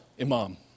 imam